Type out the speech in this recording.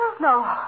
No